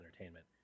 entertainment